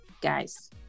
Guys